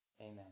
amen